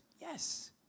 Yes